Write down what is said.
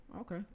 okay